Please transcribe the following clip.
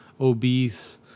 obese